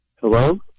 hello